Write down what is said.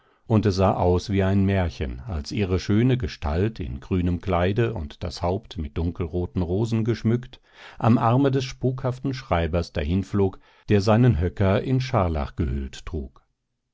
und es sah aus wie ein märchen als ihre schöne gestalt in grünem kleide und das haupt mit dunkelroten rosen geschmückt am arme des spukhaften schreibers dahinflog der seinen höcker in scharlach gehüllt trug